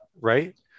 right